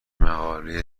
مقاله